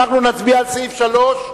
אנחנו עוברים לסעיף 3,